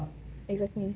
exactly